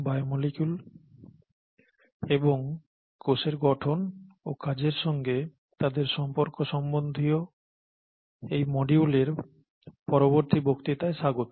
biomolecule এবং কোষের গঠন ও কাজের সঙ্গে তাদের সম্পর্ক সম্বন্ধীয় এই মডিউলের পরবর্তী বক্তৃতায় স্বাগত